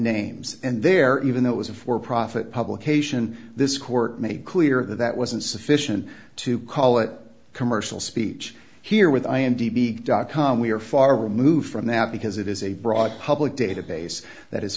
names and there even though it was a for profit publication this court made clear that wasn't sufficient to call it commercial speech here with i m d b dot com we are far removed from that because it is a broad public database that